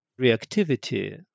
reactivity